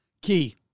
Key